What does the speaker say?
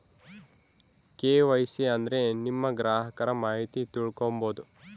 KYC ಅಂದ್ರೆ ನಿಮ್ಮ ಗ್ರಾಹಕರ ಮಾಹಿತಿ ತಿಳ್ಕೊಮ್ಬೋದು